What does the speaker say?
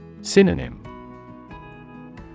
Synonym